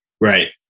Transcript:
right